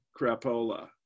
crapola